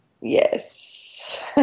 Yes